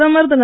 பிரதமர் திரு